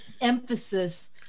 emphasis